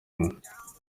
ingwe